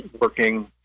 working